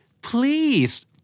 please